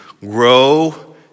grow